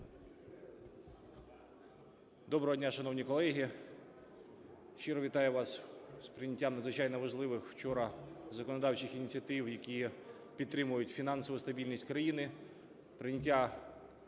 Доброго дня, шановні колеги! Щиро вітаю вас з прийняттям надзвичайно важливих вчора законодавчих ініціатив, які підтримують фінансову стабільність країни,